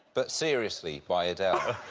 but seriously, by adele.